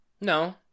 No